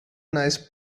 nice